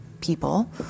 people